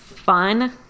fun